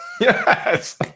Yes